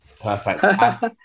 Perfect